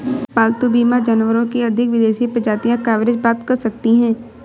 पालतू बीमा जानवरों की अधिक विदेशी प्रजातियां कवरेज प्राप्त कर सकती हैं